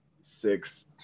six